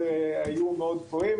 היו מאוד גבוהים.